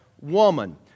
woman